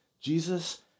Jesus